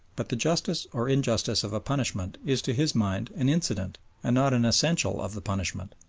but the justice or injustice of a punishment is to his mind an incident and not an essential of the punishment,